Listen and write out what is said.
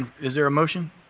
is there a motion?